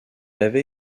avait